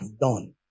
done